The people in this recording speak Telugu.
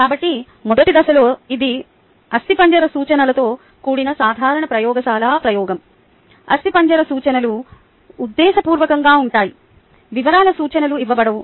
కాబట్టి మొదటి దశలో ఇది అస్థిపంజర సూచనలతో కూడిన సాధారణ ప్రయోగశాల ప్రయోగం అస్థిపంజర సూచనలు ఉద్దేశపూర్వకంగా ఉంటాయి వివరాల సూచనలు ఇవ్వబడవు